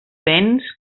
béns